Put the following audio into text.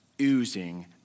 oozing